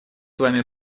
вами